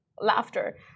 laughter